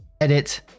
Edit